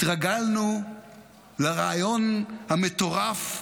התרגלנו לרעיון המטורף,